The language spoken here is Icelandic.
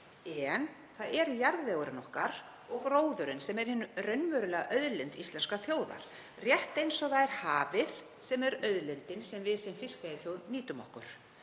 en það er jarðvegurinn okkar og gróðurinn sem er hin raunverulega auðlind íslenskrar þjóðar, rétt eins og hafið er auðlindin sem við sem fiskveiðiþjóð nýtum okkur.